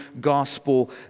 gospel